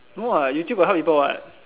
no what you still got help people what